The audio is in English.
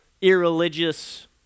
irreligious